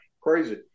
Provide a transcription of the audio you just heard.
crazy